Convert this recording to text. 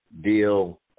deal